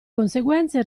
conseguenze